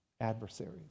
adversaries